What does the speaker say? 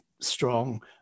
strong